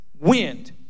wind